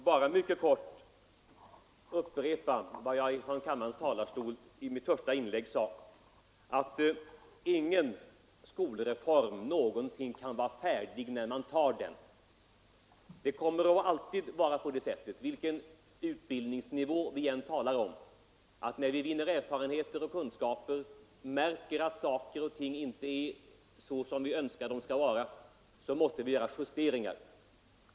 Herr talman! Efter herr Elmstedts inlägg skall jag bara mycket kort upprepa vad jag sade i mitt första anförande från kammarens talarstol, nämligen att ingen skolreform kan någonsin vara färdig när man tar den. Det kommer alltid att vara på det sättet, vilken utbildningsnivå vi än talar om, att när vi vinner erfarenheter och kunskaper, märker att saker och ting inte är så som vi önskar att de skall vara, så måste vi göra justeringar.